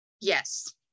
Yes